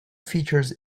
features